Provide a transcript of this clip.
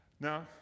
Now